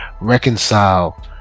reconcile